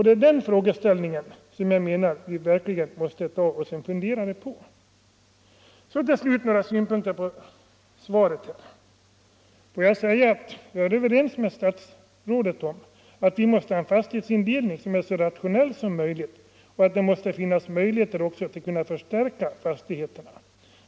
Det är den frågeställningen jag menar att vi verkligen måste ta oss en funderare på. Jag är överens med statsrådet om att vi måste ha en fastighetsindelning som är så rationell som möjligt och att det måste finnas möjligheter att förstärka fastigheterna.